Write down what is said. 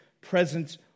presence